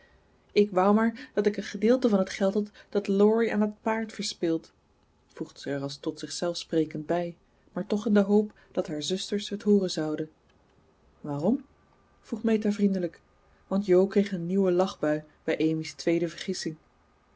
ik wou maar dat ik een gedeelte van het geld had dat laurie aan dat paard verspilt voegde ze er als tot zichzelf sprekend bij maar toch in de hoop dat haar zusters het hooren zouden waarom vroeg meta vriendelijk want jo kreeg een nieuwe lachbui bij amy's tweede vergissing